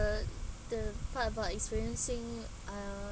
uh the part about experiencing uh